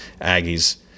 Aggies